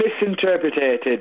misinterpreted